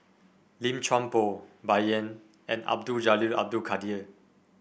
Lim Chuan Poh Bai Yan and Abdul Jalil Abdul Kadir